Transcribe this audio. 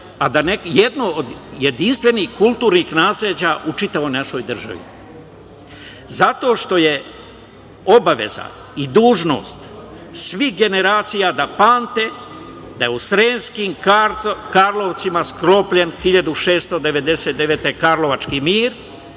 nasleđe, jedno od jedinstvenih kulturnih nasleđa u čitavoj našoj državi, zato što je obaveza i dužnost svih generacija da pamte da je u Sremskim Karlovcima sklopljen 1699. godine Karlovački mir,